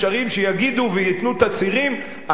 שיגידו וייתנו תצהירים: אנחנו,